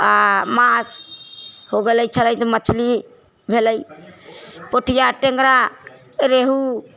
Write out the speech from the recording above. आ मासु हो गेलै छलै तऽ मछली भेलै पोठिआ टेङ्गरा रेहू